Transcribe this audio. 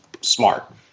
smart